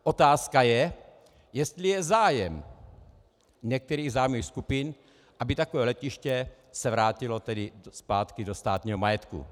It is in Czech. Otázka je, jestli je zájem některých zájmových skupin, aby takové letiště se vrátilo zpátky do státního majetku.